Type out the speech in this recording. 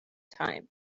time